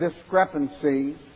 discrepancy